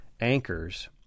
anchors